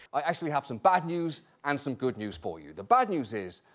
i actually have some bad news and some good news for you. the bad news is,